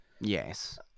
Yes